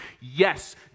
Yes